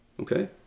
Okay